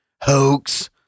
hoax